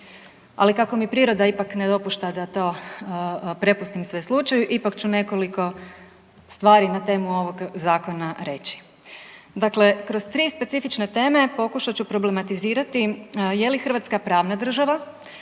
Ali kako mi priroda ipak ne dopušta da to prepustim sve slučaju ipak ću nekoliko stvari na temu ovog zakona reći. Dakle, kroz 3 specifične teme pokušat ću problematizirati je li Hrvatska pravna država,